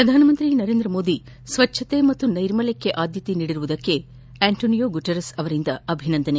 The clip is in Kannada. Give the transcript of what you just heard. ಪ್ರಧಾನಮಂತ್ರಿ ನರೇಂದ್ರ ಮೋದಿ ಸ್ವಚ್ಛತೆ ಮತ್ತು ನೈರ್ಮಲ್ಶಕ್ಕೆ ಅದ್ಯತೆ ನೀಡಿರುವುದಕ್ಕೆ ಗುಟೆರಸ್ ಅವರಿಂದ ಅಭಿನಂದನೆ